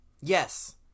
Yes